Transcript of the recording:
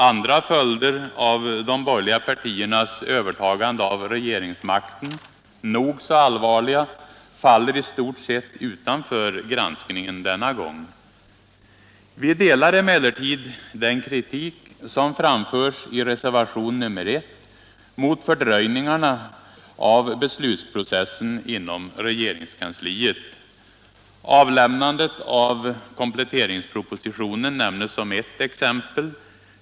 Andra följder av de borgerliga partiernas övertagande av regeringsmakten — nog så allvarliga — faller i stort sett utanför granskningen denna gång. Vi instämmer emellertid i den kritik som fram förts i reservationen I mot fördröjningarna av beslutsprocessen inom regeringskansliet. Avlämnandet av kompletteringspropositionen nämns som ett exempel.